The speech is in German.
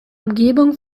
umgebung